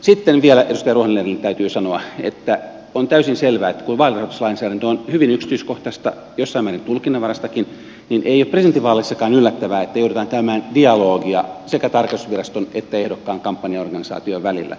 sitten vielä edustaja ruohonen lernerille täytyy sanoa että on täysin selvää että kun vaalirahoituslainsäädäntö on hyvin yksityiskohtaista jossain määrin tulkinnanvaraistakin niin ei ole presidentinvaaleissakaan yllättävää että joudutaan käymään dialogia sekä tarkastusviraston että ehdokkaan kampanjaorganisaation välillä